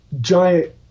giant